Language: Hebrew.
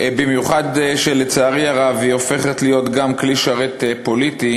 במיוחד כשלצערי הרב היא הופכת להיות גם כלי שרת פוליטי,